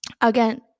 Again